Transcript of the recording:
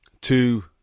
two